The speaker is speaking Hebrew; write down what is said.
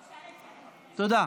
תודה.